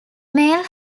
male